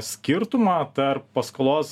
skirtumą tarp paskolos